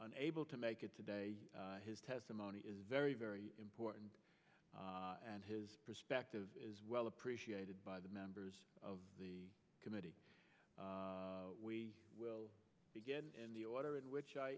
unable to make it today his testimony is very very important and his perspective is well appreciated by the members of the committee we will begin in the order in which i